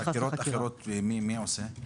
ומי עושה חקירות אחרות?